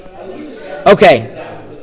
Okay